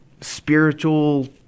Spiritual